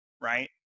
right